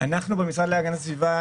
במשרד להגנת הסביבה,